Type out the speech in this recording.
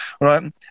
Right